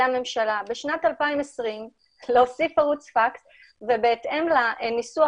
הממשלה בשנת 2020 להוסיף ערוץ פקס ובהתאם לניסוח